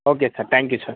okay sir thank you sir